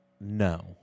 No